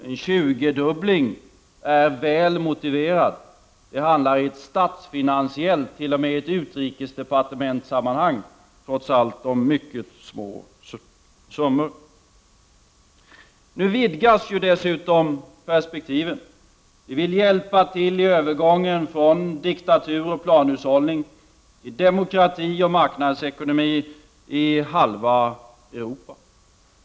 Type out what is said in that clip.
En tjugodubbling är väl motiverad. Det handlar statsfinansiellt, t.o.m. i utrikesdepartementssammanhang, trots allt om mycket små summor. Nu vidgas dessutom perspektiven. Vi vill hjälpa till i övergången från diktatur och planhushållning till demokrati och marknadsekonomi i halva Europa.